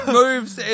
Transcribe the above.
moves